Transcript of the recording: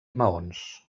maons